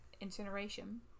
incineration